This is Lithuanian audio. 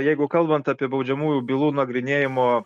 jeigu kalbant apie baudžiamųjų bylų nagrinėjimo